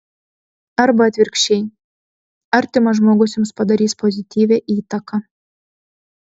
arba atvirkščiai artimas žmogus jums padarys pozityvią įtaką